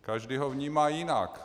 Každý ho vnímá jinak.